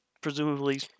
presumably